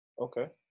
Okay